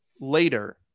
later